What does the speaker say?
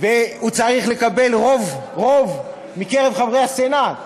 והוא צריך לקבל רוב, רוב מקרב חברי הסנאט,